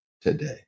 today